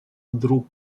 вдруг